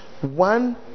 one